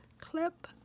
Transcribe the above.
clip